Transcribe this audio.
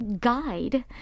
guide